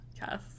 yes